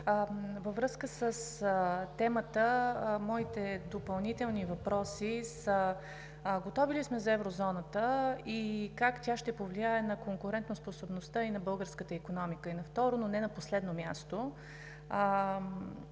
Във връзка с темата моите допълнителни въпроси са: готови ли сме за Еврозоната и как тя ще повлияе на конкурентоспособността и на българската икономика? И на второ, но не на последно място: